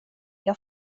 jag